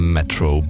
Metro